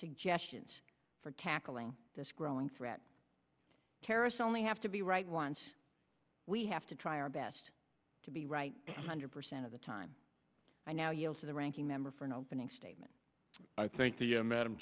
suggestions for tackling this growing threat terrorists only have to be right once we have to try our best to be right one hundred percent of the time i now yield to the ranking member for an opening statement i thank the madam